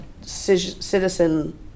citizen